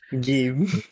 game